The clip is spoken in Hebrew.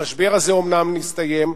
המשבר הזה אומנם נסתיים,